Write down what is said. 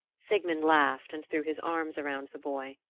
sigmund laughed and threw his arms around the boy.